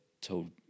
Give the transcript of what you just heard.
told